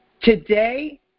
Today